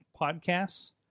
podcasts